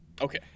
Okay